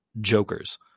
jokers